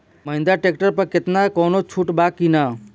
Mahindra tractor पर केतना कौनो छूट बा कि ना?